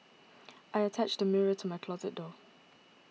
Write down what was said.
I attached a mirror to my closet door